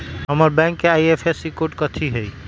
हमर बैंक के IFSC code कथि हई?